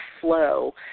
flow